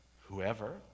whoever